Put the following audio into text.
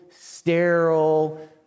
sterile